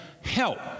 help